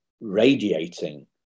radiating